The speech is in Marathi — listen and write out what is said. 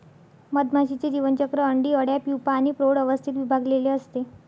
मधमाशीचे जीवनचक्र अंडी, अळ्या, प्यूपा आणि प्रौढ अवस्थेत विभागलेले असते